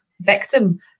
victim